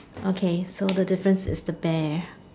okay so the difference is the bear